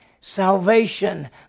Salvation